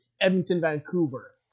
Edmonton-Vancouver